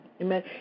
Amen